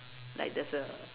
like there's a